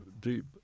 deep